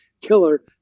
killer